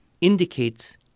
indicates